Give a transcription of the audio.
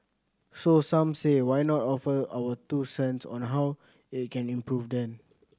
so some say why not offer our two cents on how it can improve then